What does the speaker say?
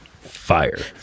fire